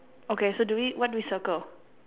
okay so do we what do we circle